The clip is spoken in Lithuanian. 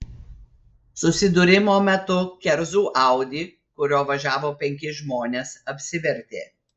susidūrimo metu kerzų audi kuriuo važiavo penki žmonės apsivertė